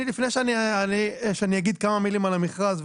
לפני שאני אגיד כמה מילים על המכרז,